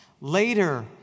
Later